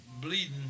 bleeding